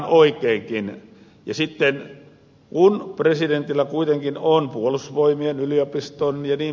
ja sitten kun presidentillä kuitenkin on puolustusvoimien yliopiston jnp